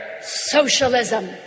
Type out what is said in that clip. socialism